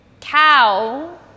cow